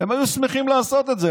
הם היו שמחים לעשות את זה.